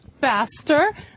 faster